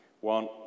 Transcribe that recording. One